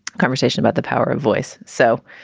conversation about the power of voice. so